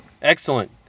Excellent